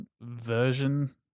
version